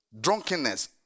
drunkenness